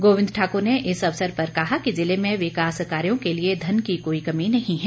गोविंद ठाकुर ने इस अवसर पर कहा कि जिले में विकास कार्यो के लिए धन की कोई कमी नहीं है